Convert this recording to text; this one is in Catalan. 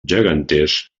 geganters